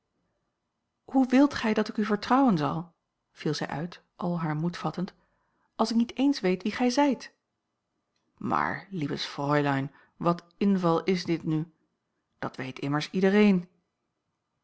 hoe wilt gij dat ik u vertrouwen zal viel zij uit al haar moed vattend als ik niet eens weet wie gij zijt maar liebes fräulein wat inval is dit nu dat weet immers iedereen